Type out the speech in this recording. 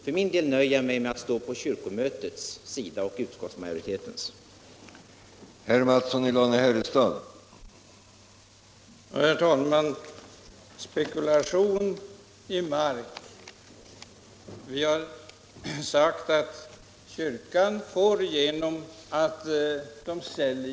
För min del nöjer jag mig med att stå på kyrkomötets och utskotts majoritetens sida.